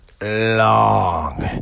long